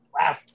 Wow